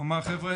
הוא אמר - חבר'ה,